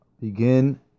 begin